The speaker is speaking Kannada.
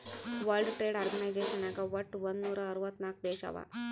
ವರ್ಲ್ಡ್ ಟ್ರೇಡ್ ಆರ್ಗನೈಜೇಷನ್ ನಾಗ್ ವಟ್ ಒಂದ್ ನೂರಾ ಅರ್ವತ್ ನಾಕ್ ದೇಶ ಅವಾ